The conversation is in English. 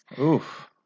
Oof